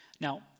Now